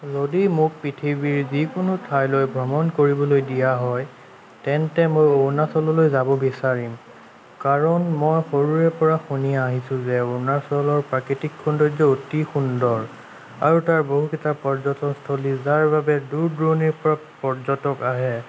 যদি মোক পৃথিৱীৰ যিকোনো ঠইলৈ ভ্ৰমণ কৰিবলৈ দিয়া হয় তেন্তে মই অৰুণাচললৈ যাব বিচাৰিম কাৰণ মই সৰুৰে পৰা শুনি আহিছোঁ যে অৰুণাচলৰ প্ৰাকৃতিক সৌন্দৰ্য অতি সুন্দৰ আৰু তাৰ বহুকেইটা পৰ্যটনস্থলী যাৰ বাবে দূৰ দূৰণিৰ পৰা পৰ্যটক আহে